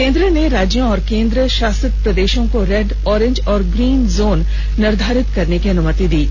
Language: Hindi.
केंद्र ने राज्यों और केंद्रषासित प्रदेषों को रेड ऑरेंज और ग्रीन जोन निर्धारित करने की अनुमति दी है